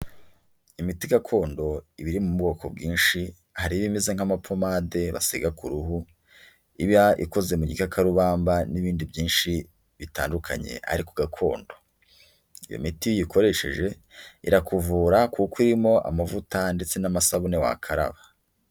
Imiti gakondo iba iri mu bwoko bwinshi, hari iba imeze nk'amapomade basiga ku ruhu, iba ikoze mu gikakarubamba n'ibindi byinshi bitandukanye ariko gakondo, iyo miti iyo uyikoresheje irakuvura kuko irimo amavuta ndetse n'amasabune wakaraba.